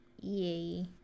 Yay